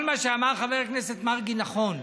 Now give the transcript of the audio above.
כל מה שאמר חבר הכנסת מרגי נכון.